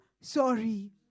sorry